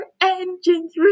engines